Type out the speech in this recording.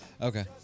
Okay